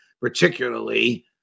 particularly